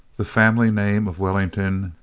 the family name of wellington,